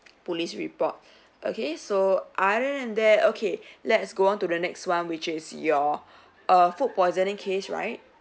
police report okay so other than that okay let's go on to the next one which is your err food poisoning case right